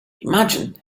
imagine